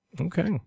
okay